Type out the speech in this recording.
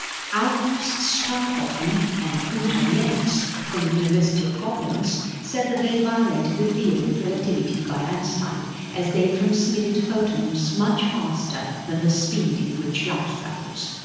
alfons stahlhofen and gunter nimtz from the university of koblenz said that they violated the theory of relativity by einstein as they transmitted photons much faster than the speed in which light travels.